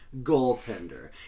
goaltender